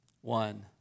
one